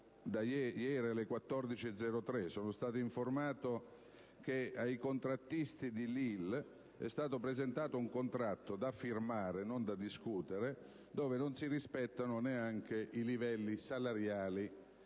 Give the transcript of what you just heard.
ieri alle ore 14,03 sono stato informato che ai contrattisti di Lille è stato presentato un contratto da firmare - non da discutere - in cui non sono rispettati neanche i livelli salariali